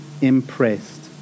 impressed